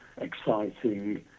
exciting